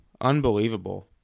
Unbelievable